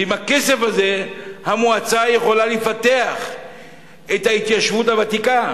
ועם הכסף הזה המועצה יכולה לפתח את ההתיישבות הוותיקה.